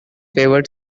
favored